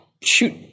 shoot